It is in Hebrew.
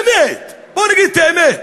באמת, בואו נגיד את האמת.